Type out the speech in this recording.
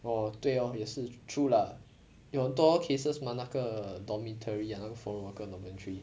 oh 对 lor 也是 true lah 有很多 cases mah 那个 dormitory 好像 foreign worker dormitory